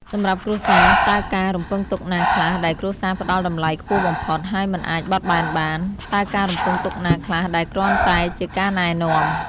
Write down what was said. សម្រាប់គ្រួសារ តើការរំពឹងទុកណាខ្លះដែលគ្រួសារផ្ដល់តម្លៃខ្ពស់បំផុត ហើយមិនអាចបត់បែនបាន? តើការរំពឹងទុកណាខ្លះដែលគ្រាន់តែជាការណែនាំ?